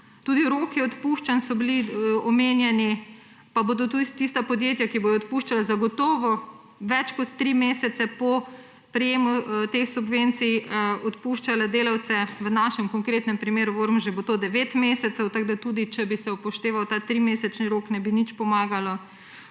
Tudi roki odpuščanj so bili omenjeni, pa bodo tudi tista podjetja, ki bodo odpuščala, zagotovo več kot tri mesece po prejemu teh subvencij odpuščale delavce, v našem konkretnem primeru, v Ormožu, bo to 9 mesecev, tako da tudi če bi se upošteval ta trimesečni rok, ne bi nič pomagalo.